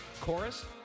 chorus